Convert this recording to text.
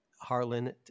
Harlan